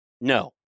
No